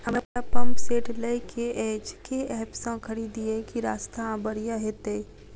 हमरा pump set लय केँ अछि केँ ऐप सँ खरिदियै की सस्ता आ बढ़िया हेतइ?